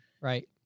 Right